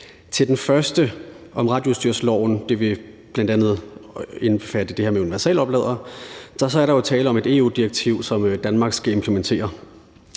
til det første med radioudstyrsloven vil det bl.a. indbefatte det her med universalopladere, og så er der jo tale om et EU-direktiv, som Danmark skal implementere.